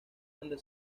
donde